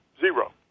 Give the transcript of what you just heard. zero